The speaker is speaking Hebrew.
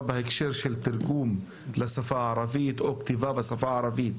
בהקשר של תרגום לשפה הערבית או כתיבה בשפה הערבית.